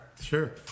Sure